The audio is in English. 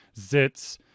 zits